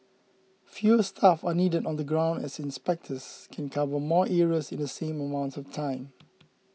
fewer staff are needed on the ground as inspectors can cover more areas in the same amount of time